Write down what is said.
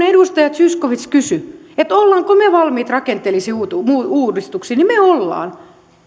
edustaja zyskowicz kysyi olemmeko me valmiita rakenteellisiin uudistuksiin me olemme